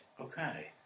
Okay